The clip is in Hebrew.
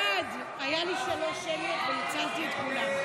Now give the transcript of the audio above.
הסתייגות 1796 לא נתקבלה.